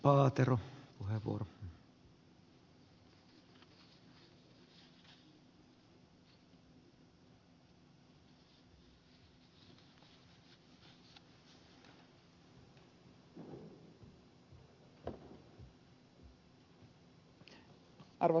arvoisa herra puhemies